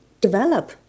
develop